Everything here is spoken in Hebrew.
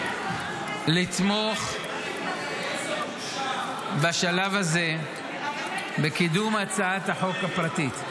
לתמוך בשלב הזה בקידום הצעת החוק הפרטית.